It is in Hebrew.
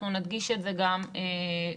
אנחנו נדגיש את זה גם בסיכום.